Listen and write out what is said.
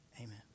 Amen